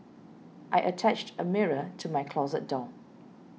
I attached a mirror to my closet door